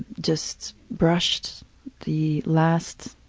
just brushed the last